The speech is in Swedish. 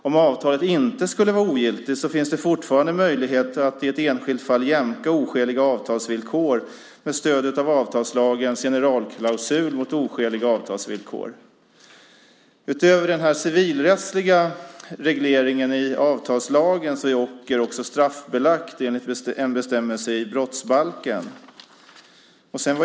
Om avtalet inte skulle vara ogiltigt finns det fortfarande möjligheter att i ett enskilt fall jämka oskäliga avtalsvillkor med stöd av avtalslagens generalklausul mot oskäliga avtalsvillkor. Utöver den civilrättsliga regleringen i avtalslagen är ocker också straffbelagt enligt en bestämmelse i brottsbalken.